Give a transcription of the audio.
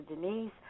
Denise